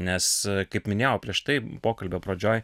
nes kaip minėjau prieš tai pokalbio pradžioj